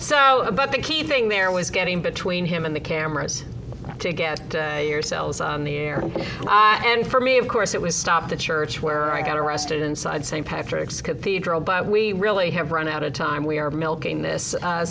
so about the key thing there was getting between him and the cameras to get yourselves on the air and for me of course it was stop the church where i got arrested inside st patrick's cathedral but we really have run out of time we are milking this